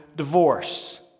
Divorce